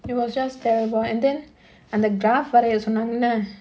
it was just terrible and then அந்த:andha graph வேற எழுத சொன்னாங்க என்ன:vera elutha sonnaanga enna